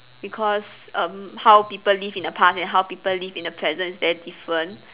because um how people live in the past and how people live in the present is very different